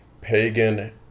pagan